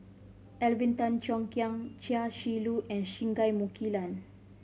Alvin Tan Cheong Kheng Chia Shi Lu and Singai Mukilan